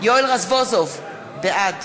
יואל רזבוזוב, בעד